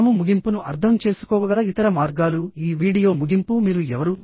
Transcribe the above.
మనము ముగింపును అర్థం చేసుకోగల ఇతర మార్గాలుః ఈ వీడియో ముగింపు మీరు ఎవరు